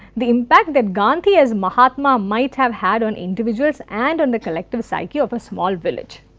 the impact that gandhi as mahatma might have had on individuals and on the collective psyche of a small village.